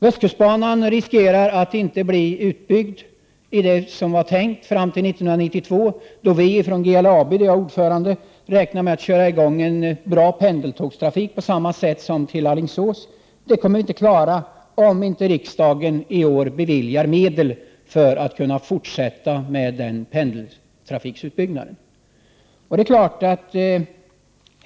Det finns risk för att västkustbanan inte blir utbyggd såsom det var tänkt fram till 1992, då vi ftån GLAB, där jag är ordförande, räknar med att köra i gång en bra pendeltågtrafik, på samma sätt som till Alingsås. Det kommer inte att bli möjligt om riksdagen inte i år beviljar medel för att denna pendeltrafikutbyggnad skall kunna fortsätta.